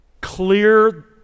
clear